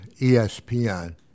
ESPN